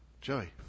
Joey